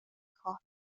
کار